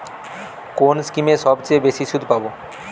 কোন স্কিমে সবচেয়ে বেশি সুদ পাব?